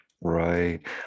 Right